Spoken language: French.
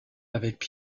avec